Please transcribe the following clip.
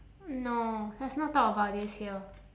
no let's not talk about this here